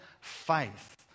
faith